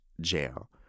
jail